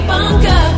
Bunker